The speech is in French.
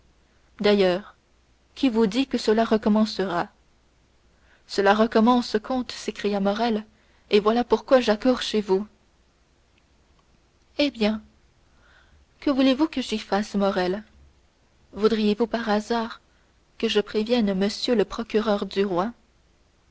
d'ailleurs qui vous dit que cela recommencera cela recommence comte s'écria morrel et voilà pourquoi j'accours chez vous eh bien que voulez-vous que j'y fasse morrel voudriez-vous par hasard que je prévinsse m le procureur du roi